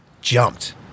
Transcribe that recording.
jumped